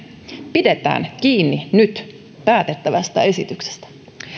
pidetään kiinni nyt päätettävästä esityksestä